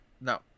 no